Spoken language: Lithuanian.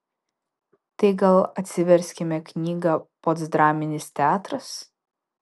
tai gal atsiverskime knygą postdraminis teatras